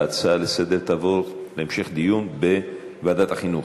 ההצעה לסדר-היום תעבור להמשך דיון בוועדת החינוך.